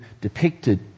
depicted